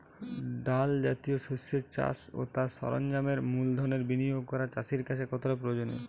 ডাল জাতীয় শস্যের চাষ ও তার সরঞ্জামের মূলধনের বিনিয়োগ করা চাষীর কাছে কতটা প্রয়োজনীয়?